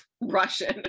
Russian